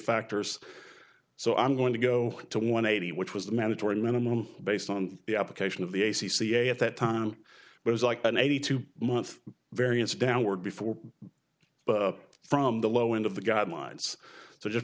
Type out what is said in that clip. factors so i'm going to go to one eighty which was the mandatory minimum based on the application of the a c c at that time was like an eighty two month variance downward before from the low end of the guidelines to just